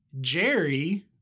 Jerry